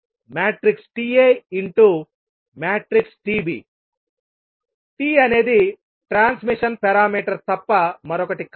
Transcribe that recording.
TTaTb T అనేది transmission parameter తప్ప మరొకటి కాదు